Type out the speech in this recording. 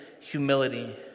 humility